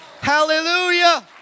Hallelujah